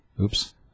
Oops